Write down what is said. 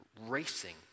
racing